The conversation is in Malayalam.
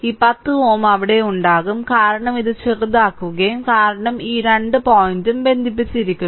ഈ 10Ω അവിടെ ഉണ്ടാകും കാരണം ഇത് ചെറുതാക്കും കാരണം ഈ 2 പോയിന്റും ബന്ധിപ്പിച്ചിരിക്കുന്നു